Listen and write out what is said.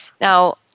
Now